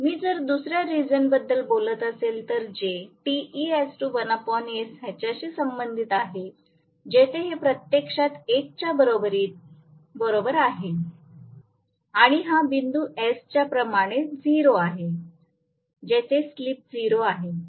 मी जर दुसर्या रीजन बद्दल बोलत असेल तर जे ह्याच्याशी संबंधित आहे जेथे हे प्रत्यक्षात 1 च्या बरोबर आहे आणि हा बिंदू s च्या प्रमाणे 0 आहे जेथे स्लिप 0 आहे